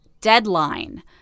Deadline